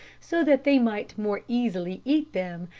so that they might more easily eat them,